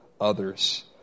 others